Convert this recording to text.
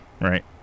Right